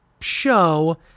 show